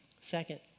Second